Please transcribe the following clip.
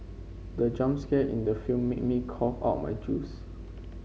the jump scare in the film made me cough out my juice